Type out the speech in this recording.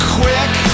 quick